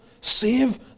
Save